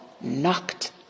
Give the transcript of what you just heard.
knocked